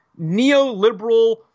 neoliberal